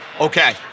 Okay